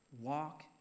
Walk